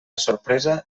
sorpresa